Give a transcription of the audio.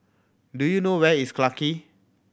do you know where is Collyer Quay